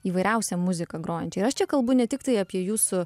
įvairiausią muziką grojančią ir aš čia kalbu ne tiktai apie jūsų